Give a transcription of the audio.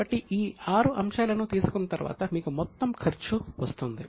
కాబట్టి ఈ ఆరు అంశాలను తీసుకున్న తర్వాత మీకు మొత్తం ఖర్చు వస్తుంది